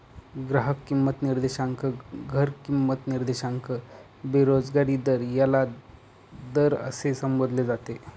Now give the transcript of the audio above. ग्राहक किंमत निर्देशांक, घर किंमत निर्देशांक, बेरोजगारी दर याला दर असे संबोधले जाते